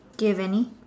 give any